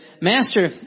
Master